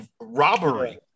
robbery